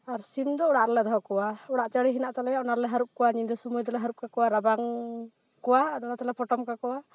ᱟᱨ ᱥᱤᱢ ᱫᱚ ᱚᱲᱟᱜ ᱨᱮᱞᱮ ᱫᱚᱦᱚ ᱠᱚᱣᱟ ᱚᱲᱟᱜ ᱪᱟᱹᱞᱤ ᱦᱮᱱᱟᱜ ᱛᱟᱞᱮᱭᱟ ᱚᱱᱟ ᱨᱮᱞᱮ ᱦᱟᱹᱨᱩᱯ ᱠᱚᱣᱟ ᱧᱤᱫᱟᱹ ᱥᱚᱢᱚᱭ ᱫᱚᱞᱮ ᱦᱟᱹᱨᱩᱯ ᱠᱟᱠᱚᱣᱟ ᱨᱟᱵᱟᱝ ᱠᱚᱣᱟ ᱟᱫᱚ ᱚᱱᱟ ᱛᱮᱞᱮ ᱯᱚᱴᱚᱢ ᱠᱟᱠᱚᱣᱟ